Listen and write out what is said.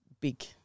big